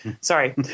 sorry